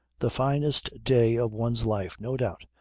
the finest day of one's life, no doubt,